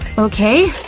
okay,